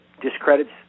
discredits